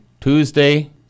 Tuesday